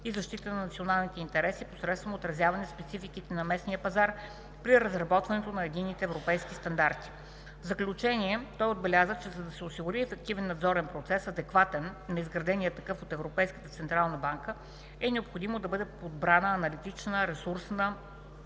и защита на националните интереси посредством отразяване спецификите на местния пазар при разработването на единните европейски стандарти. В заключение той отбеляза, че за да се осигури ефективен надзорен процес, адекватен на изградения такъв от Европейската централна банка, е необходимо да бъде подобрена аналитичната, ресурсната